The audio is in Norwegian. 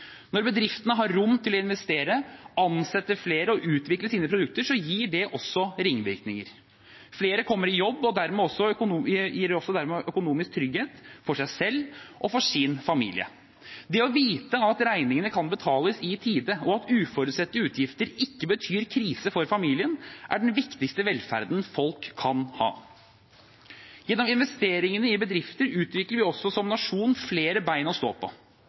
Når bedriftene har rom til å investere, ansette flere og utvikle sine produkter, gir det også ringvirkninger. Flere kommer i jobb og får dermed også økonomisk trygghet for seg selv og sin familie. Det å vite at regningene kan betales i tide, og at uforutsette utgifter ikke betyr krise for familien, er den viktigste velferden folk kan ha. Gjennom investeringer i bedrifter utvikler vi også som nasjon flere bein å stå på.